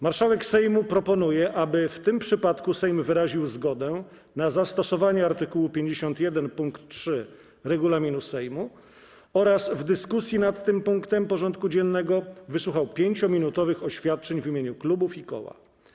Marszałek Sejmu proponuje, aby w tym przypadku Sejm wyraził zgodę na zastosowanie art. 51 pkt 3 regulaminu Sejmu oraz w dyskusji nad tym punktem porządku dziennego wysłuchał 5-minutowych oświadczeń w imieniu klubów i koła.